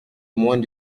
moins